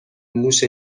موش